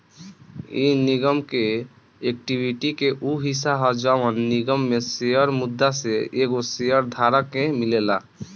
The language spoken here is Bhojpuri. इ निगम के एक्विटी के उ हिस्सा ह जवन निगम में शेयर मुद्दा से एगो शेयर धारक के मिलेला